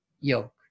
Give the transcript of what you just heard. yoke